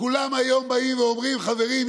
כולם היום באים ואומרים: חברים,